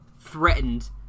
threatened